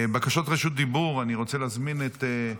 בקשות רשות דיבור, אני רוצה להזמין את,